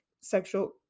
sexual